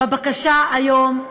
בבקשה היום,